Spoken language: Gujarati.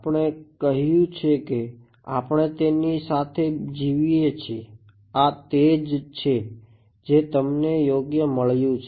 આપણે કહ્યું છે કે આપણે તેની સાથે જીવીએ છીએ આ તે જ છે જે તમને યોગ્ય મળ્યું છે